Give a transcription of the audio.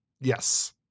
Yes